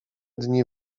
dni